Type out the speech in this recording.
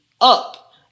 up